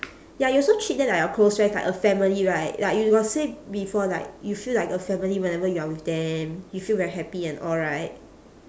ya you also treat them like your close friends like a family right like you got say before like you feel like a family whenever you are with them you feel very happy and all right